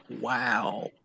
Wow